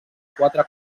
quatre